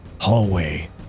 hallway